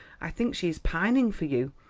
i think she is pining for you.